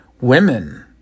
women